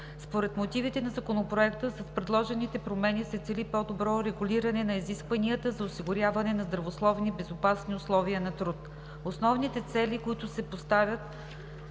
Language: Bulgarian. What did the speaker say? Според мотивите на Законопроекта с предложените промени се цели по-добро регулиране на изискванията за осигуряване на здравословни и безопасни условия на труд. Основните цели, които си поставя